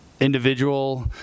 individual